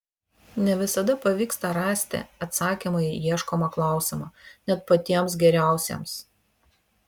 ne visada pavyksta rasti atsakymą į ieškomą klausimą net patiems geriausiems